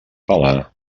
pelar